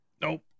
Nope